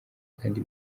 kandi